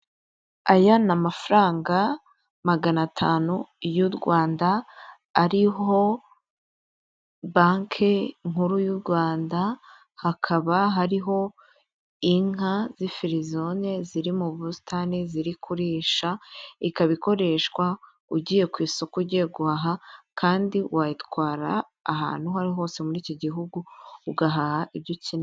Aya ni amafaranga magana atanu y'u Rwanda ariho banki nkuru y'u Rwanda, hakaba hariho inka z' firizone ziri mu busitani ziri kurisha, ikaba ikoreshwa ugiye ku isoko ugiye guhaha, kandi wayatwara ahantu aho ariho hose muri iki gihugu, ugahaha ibyo ukeneye.